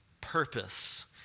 purpose